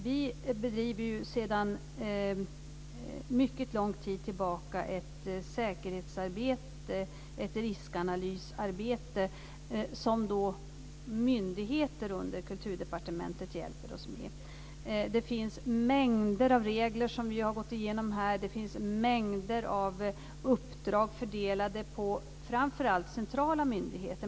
Vi bedriver sedan mycket lång tid tillbaka ett säkerhetsarbete, ett riskanalysarbete, som myndigheter under Kulturdepartementet hjälper oss med. Det finns mängder av regler som vi har gått igenom. Det finns mängder av uppdrag fördelade på framför allt centrala myndigheter.